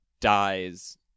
dies